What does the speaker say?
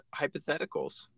hypotheticals